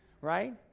Right